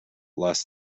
less